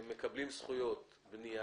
הם מקבלים זכויות בנייה,